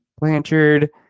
Blanchard